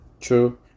True